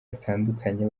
batandukanye